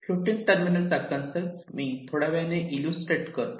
floating terminal चा concept मी थोड्या वेळाने इल्लूस्ट्रेट करतो